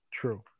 True